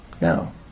No